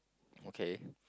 okay